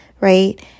right